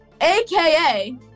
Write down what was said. aka